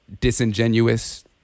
disingenuous